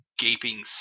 gaping